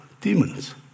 demons